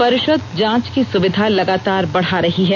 परिषद जांच की सुविधा लगातार बढा रही है